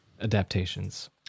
adaptations